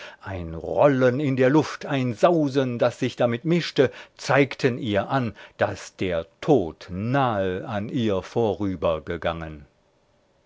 ein rollen in der luft ein sausen das sich damit mischte zeigten ihr an daß der tod nahe an ihr vorüber